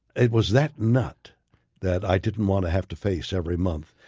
it was that nut that i didn't want to have to face every month,